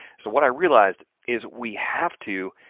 so what i realized is, we have to